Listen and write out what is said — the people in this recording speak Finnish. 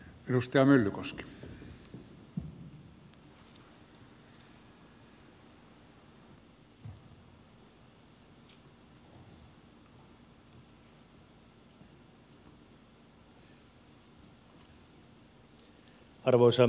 arvoisa herra puhemies